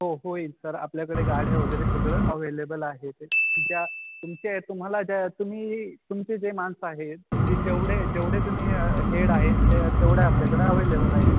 हो होईल सर आपल्याकडे गाड्या वगैरे सगळं अवेलेबल आहेत ज्या तुमचे तुम्हाला ज्या तुम्ही तुमचे जे माणसं आहेत जे जेवढे जेवढे तुम्ही हेड आहेत ते तेवढ्या आपल्याकडे अवेलेबल आहेत